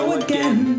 again